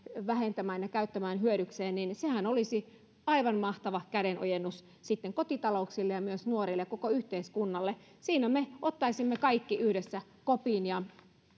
vähentämään ja käyttämään hyödykseen olisi aivan mahtava kädenojennus kotitalouksille ja myös nuorille koko yhteiskunnalle siinä me ottaisimme kaikki yhdessä kopin ja